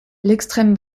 l’extrême